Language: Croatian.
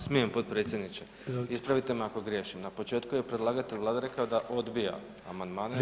Smijem potpredsjedniče, ispravite me ako griješim, na počeku je predlagatelj rekao da odbija amandmane jer